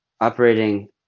operating